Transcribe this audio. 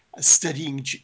studying